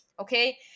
Okay